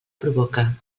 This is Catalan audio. provoca